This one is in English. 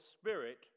spirit